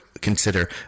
consider